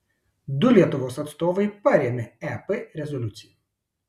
du lietuvos atstovai parėmė ep rezoliuciją